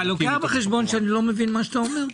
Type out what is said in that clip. אתה לוקח בחשבון שאני לא מבין מה שאתה אומר?